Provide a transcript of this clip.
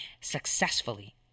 successfully